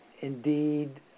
indeed